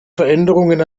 veränderungen